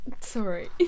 Sorry